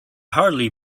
hardly